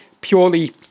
Purely